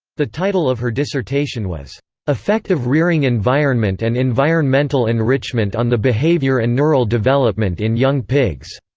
the title of her dissertation was effect of rearing environment and environmental enrichment on the behavior and neural development in young pigs.